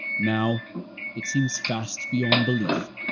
now it seems fast beyond belief.